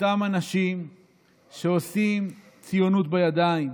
אותם אנשים עושים ציונות בידיים,